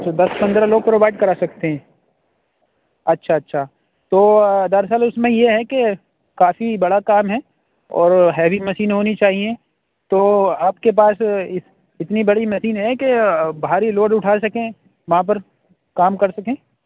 تو دس پندرہ لوگ پرووائڈ کرا سکتے ہیں اچھا اچھا تو دراصل اُس میں یہ ہے کہ کافی بڑا کام ہے اور ہیوی مشین ہونی چاہئیں تو آپ کے پاس اتنی بڑی مسین ہے کہ بھاری لوڈ اُٹھا سکیں وہاں پر کام کر سکیں